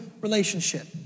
relationship